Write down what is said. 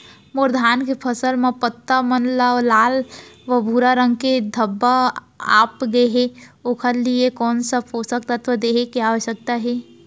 मोर धान के फसल म पत्ता मन म लाल व भूरा रंग के धब्बा आप गए हे ओखर लिए कोन स पोसक तत्व देहे के आवश्यकता हे?